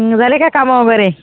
झाली का कामं वगैरे